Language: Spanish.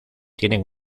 tienen